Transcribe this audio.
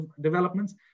developments